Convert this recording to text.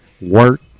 work